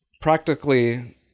practically